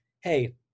hey